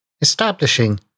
establishing